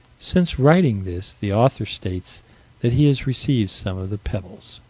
since writing this, the author states that he has received some of the pebbles.